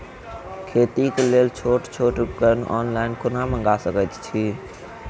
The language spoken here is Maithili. खेतीक लेल छोट छोट उपकरण ऑनलाइन कोना मंगा सकैत छी?